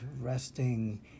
resting